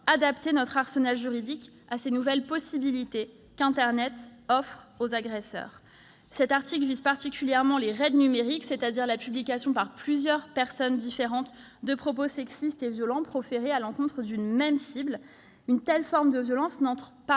adapter notre arsenal juridique à ces nouvelles possibilités qu'Internet offre aux agresseurs. Cet article vise particulièrement les « raids numériques », c'est-à-dire la publication par plusieurs personnes différentes de propos sexistes et violents, proférés à l'encontre d'une même cible. Une telle forme de violence n'entre pas